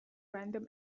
random